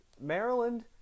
Maryland